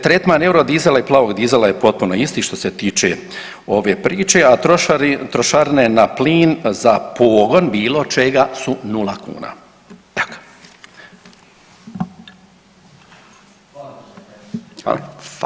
Tretman eurodizela i plavog dizela je potpuno isti što se tiče ove priče, a trošarine na plin za pogon bilo čega su 0,00 kuna.